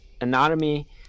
anatomy